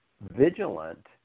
vigilant